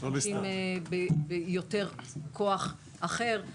ולכן משתמשים ביותר כוח "אחר".